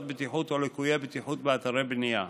בטיחות או ליקויי בטיחות באתרי בנייה.